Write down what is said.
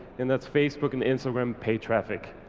and that's facebook and instagram paid traffic.